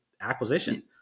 acquisition